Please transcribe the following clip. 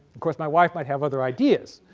course my wife might have other ideas,